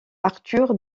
arthur